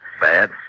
Bad